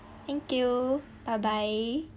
thank you bye bye